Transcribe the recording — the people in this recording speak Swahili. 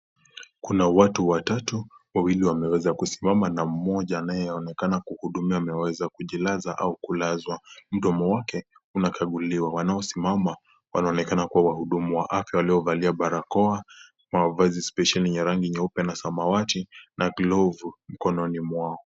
Kuna watu watatu, wawili wameweza kusimama na mmoja anaye onekana kuhudumiwa kujilaza au Kulazwa. Mdomo wake unakaguliwa. Wanao simama wanaonekana kuwa wahudumu wa afya waliovalia barakoa, mavazi spesheli yenye rangi nyeupe na samawati na glovu mkononi mwao.